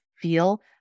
feel